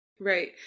Right